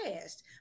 past